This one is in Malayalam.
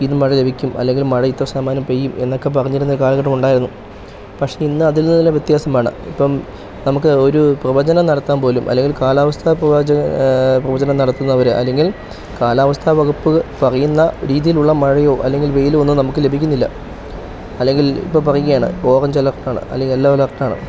ഇന്ന് മഴ ലഭിക്കും അല്ലെങ്കിൽ മഴ ഇത്ര ശതമാനം പെയ്യും എന്നൊക്കെ പറഞ്ഞിരുന്ന കാലഘട്ടമുണ്ടായിരുന്നു പക്ഷേ ഇന്ന് അതിൽ നിന്നെല്ലാം വ്യത്യാസമാണ് ഇപ്പം നമുക്ക് ഒരു പ്രവചനം നടത്താൻ പോലും അല്ലെങ്കിൽ കാലാവസ്ഥാ പ്രവചനം പ്രവചനം നടത്തുന്നവർ അല്ലെങ്കിൽ കാലാവസ്ഥ വകുപ്പ് പറയുന്ന രീതിയിലുള്ള മഴയോ അല്ലെങ്കിൽ വെയിലോ ഒന്നും നമുക്ക് ലഭിക്കുന്നില്ല അല്ലെങ്കിൽ ഇപ്പം പറയുകയാണ് ഓറഞ്ച് അലേർട്ടാണ് അല്ലെങ്കിൽ യെല്ലോ അലെർട്ടാണ്